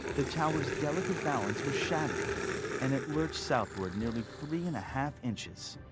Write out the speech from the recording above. the tower's delicate balance was shattered and it lurched southward nearly three and a half inches.